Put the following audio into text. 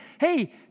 hey